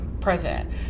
president